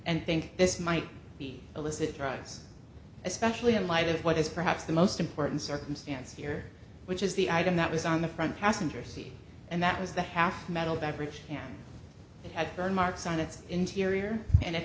and think this might be illicit drugs especially in light of what is perhaps the most important circumstance here which is the item that was on the front passenger seat and that was the half metal beverage that had burn marks on its interior and it